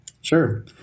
Sure